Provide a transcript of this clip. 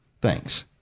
Thanks